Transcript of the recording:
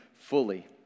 Fully